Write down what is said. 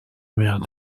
mère